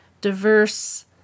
diverse